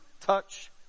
touch